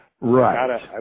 Right